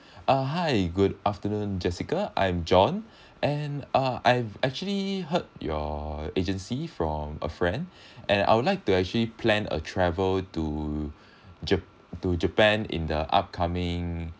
uh hi good afternoon jessica I'm john and uh I've actually heard your agency from a friend and I would like to actually plan a travel to ja~ to japan in the upcoming